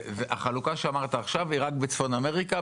והחלוקה שאמרת עכשיו היא רק בצפון אמריקה,